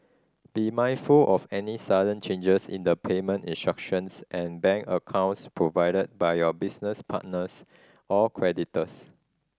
be mindful of any sudden changes in the payment instructions and bank accounts provided by your business partners or creditors